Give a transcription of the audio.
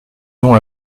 non